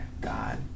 God